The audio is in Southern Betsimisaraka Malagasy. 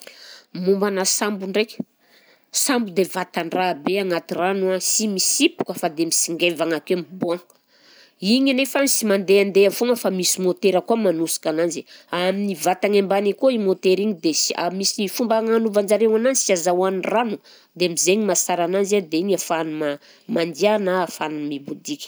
Mombanà sambo ndraika, sambo dia vatan-draha be agnaty rano a, sy misipoka fa dia misingevagna akeo ny point, igny anefa sy mandehandeha foagna fa misy môtera koa magnosika ananjy, amin'ny vatany ambany akao i môtera igny, dia s- misy fomba agnanovan'jareo ananzy sy ahazahoany rano dia am'zaigny mahasara ananzy a dia igny ahafahany ma- mandia, na ahafahany mipodiky.